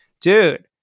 dude